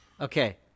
Okay